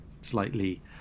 slightly